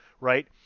right